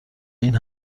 این